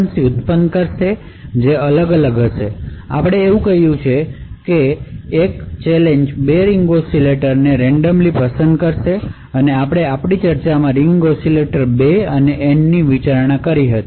હવે આપણે કહ્યું તેમ શું થયું છે કે એક ચેલેંજ 2 રીંગ ઑસિલેટરને રેન્ડમ પસંદ કરવાની છે આપણે આપણી ચર્ચામાં રીંગ ઓસિલેટર 2 અને N ની વિચારણા કરી હતી